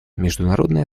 международное